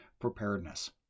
preparedness